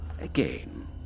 Again